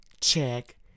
check